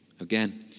Again